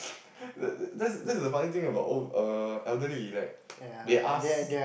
that's a funny thing about old err elderly like they ask